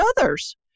others